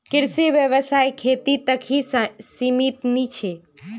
कृषि व्यवसाय खेती तक ही सीमित नी छे